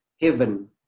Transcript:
heaven